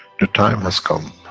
the time has come,